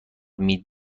میدهیم